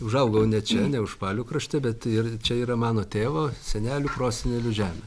užaugau ne čia ne užpalių krašte bet ir čia yra mano tėvo senelių prosenelių žemė